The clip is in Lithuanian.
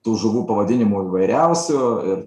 tų žuvų pavadinimų įvairiausių ir